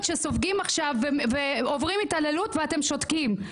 שסופגים ועוברים התעללות ואתם שותקים?